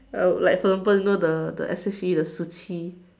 I would like for example you know the the S_H_E the 十七